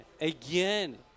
again